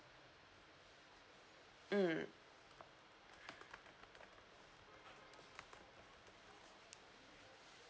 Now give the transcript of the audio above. mm